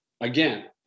Again